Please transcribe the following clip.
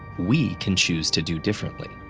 we can choose to do differently.